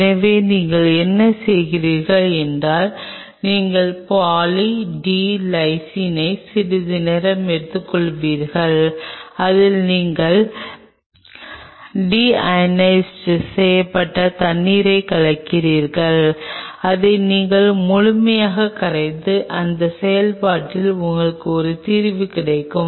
எனவே நீங்கள் என்ன செய்கிறீர்கள் என்றால் நீங்கள் பாலி டி லைசினை சிறிது நேரத்தில் எடுத்துக்கொள்வீர்கள் அதில் நீங்கள் டீயோனைஸ் செய்யப்பட்ட தண்ணீரை கலக்கிறீர்கள் அதை நீங்கள் முழுமையாகக் கரைத்து அந்த செயல்பாட்டில் உங்களுக்கு ஒரு தீர்வு கிடைக்கும்